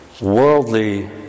worldly